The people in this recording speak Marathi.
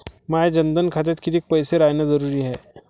माया जनधन खात्यात कितीक पैसे रायन जरुरी हाय?